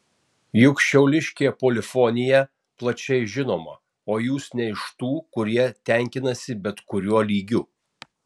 juk šiauliškė polifonija plačiai žinoma o jūs ne iš tų kurie tenkinasi bet kuriuo lygiu